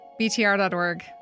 BTR.org